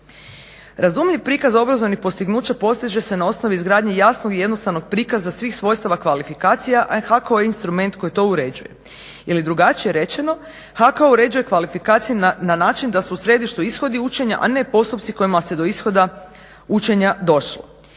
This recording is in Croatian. Razumljiv prikaz obrazovnih postignuća postiže se na osnovi izgradnje jasnog i jednostavnog prikaza svih svojstava kvalifikacija, a HKO je instrument koji to uređuje. Ili drugačije rečeno, HKO uređuje kvalifikacije na način da su u središtu ishodi učenja, a ne postupci kojima se do ishoda učenja došlo.